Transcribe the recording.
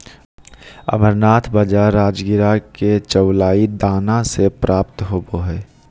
amaranth बाजरा राजगिरा के चौलाई दाना से प्राप्त होबा हइ